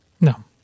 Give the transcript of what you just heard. No